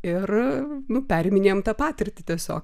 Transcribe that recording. ir nu periminėjom tą patirtį tiesiog